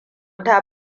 ta